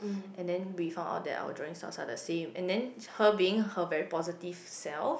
and then we found out that our drawing draft are the same and then her being her very positive self